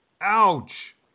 Ouch